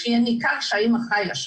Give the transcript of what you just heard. שיהיה ניכר שהאמא חיה שם.